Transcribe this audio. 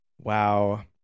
Wow